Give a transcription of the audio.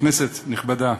כנסת נכבדה,